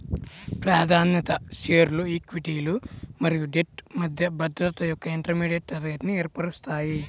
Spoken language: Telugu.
ప్రాధాన్యత షేర్లు ఈక్విటీలు మరియు డెట్ మధ్య భద్రత యొక్క ఇంటర్మీడియట్ తరగతిని ఏర్పరుస్తాయి